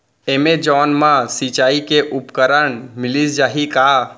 Amazon मा सिंचाई के उपकरण मिलिस जाही का?